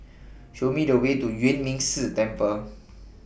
Show Me The Way to Yuan Ming Si Temple